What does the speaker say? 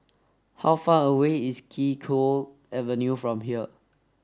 how far away is Kee Choe Avenue from here